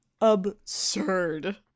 Absurd